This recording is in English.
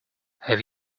have